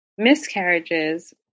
miscarriages